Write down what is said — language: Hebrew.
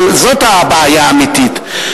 אבל זאת הבעיה האמיתית.